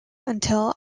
until